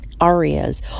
arias